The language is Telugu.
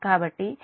మరియు Va Zf Ia